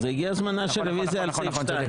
הגיע זמנה של הרוויזיה על סעיף 2. נכון.